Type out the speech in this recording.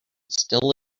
still